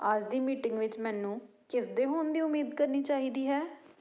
ਅੱਜ ਦੀ ਮੀਟਿੰਗ ਵਿੱਚ ਮੈਨੂੰ ਕਿਸ ਦੇ ਹੋਣ ਦੀ ਉਮੀਦ ਕਰਨੀ ਚਾਹੀਦੀ ਹੈ